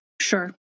Sure